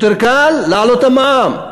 יותר קל להעלות את המע"מ.